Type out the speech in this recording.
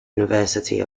university